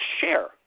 share